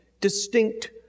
distinct